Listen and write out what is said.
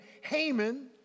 Haman